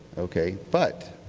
okay? but,